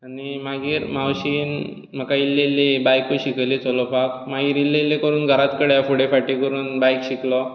आनी मागीर मावशीन म्हाका इल्लें इल्लीं बायकूय शिकयली चलोवपाक मागीर इल्लें इल्लें करून घराच कडेन हांव फुडें फाटी करून बायक शिकलो